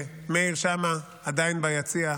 מאיר שם עדיין ביציע,